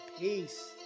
Peace